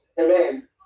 amen